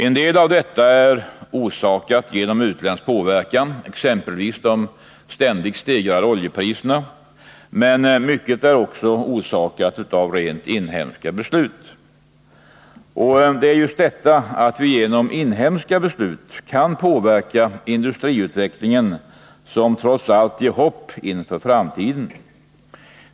En del av detta är orsakat genom utländsk påverkan, exempelvis de ständigt stegrade oljepriserna, men mycket är också orsakat av rent inhemska beslut. Och det är just detta — att vi genom inhemska beslut kan påverka industriutvecklingen — som trots allt ger hopp inför framtiden.